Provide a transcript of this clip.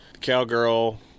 cowgirl